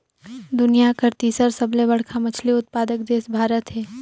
दुनिया कर तीसर सबले बड़खा मछली उत्पादक देश भारत हे